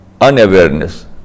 unawareness